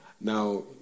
Now